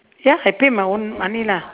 ya I pay my own money lah